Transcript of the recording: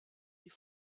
die